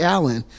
Allen